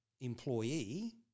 employee